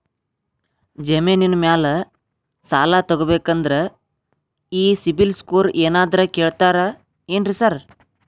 ಜಮೇನಿನ ಮ್ಯಾಲೆ ಸಾಲ ತಗಬೇಕಂದ್ರೆ ಈ ಸಿಬಿಲ್ ಸ್ಕೋರ್ ಏನಾದ್ರ ಕೇಳ್ತಾರ್ ಏನ್ರಿ ಸಾರ್?